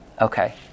Okay